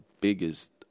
biggest